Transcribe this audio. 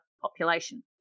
population